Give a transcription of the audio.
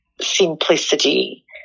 simplicity